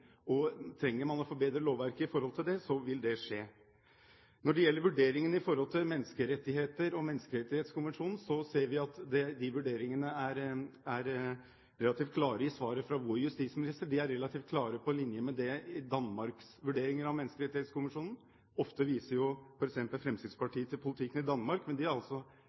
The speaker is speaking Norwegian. og trenger man å forbedre lovverket i den anledning, vil det skje. Når det gjelder vurderingene knyttet til menneskerettigheter og Menneskerettskonvensjonen, ser vi i svaret fra vår justisminister at de vurderingene er relativt klare. De er relativt klare og på linje med Danmarks vurderinger av Menneskerettskonvensjonen. Ofte viser Fremskrittspartiet til politikken i Danmark, men de har altså